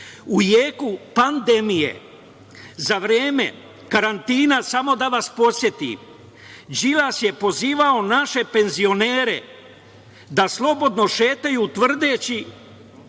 U jeku pandemije, za vreme karantina, samo da vas podsetim, Đilas je pozivao naše penzionere da slobodno šetaju, tvrdeći